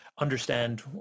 understand